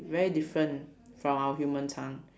very different from our human tongue